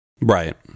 Right